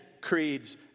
creeds